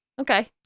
Okay